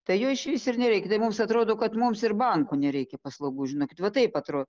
tai jo išvis ir nereikia tai mums atrodo kad mums ir bankų nereikia paslaugų žinokit va taip atro